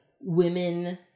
women